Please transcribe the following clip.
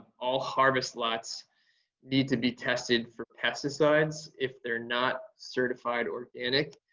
all harvest lots need to be tested for pesticides if they're not certified organic.